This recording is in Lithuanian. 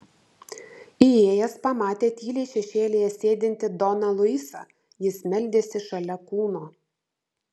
įėjęs pamatė tyliai šešėlyje sėdintį doną luisą jis meldėsi šalia kūno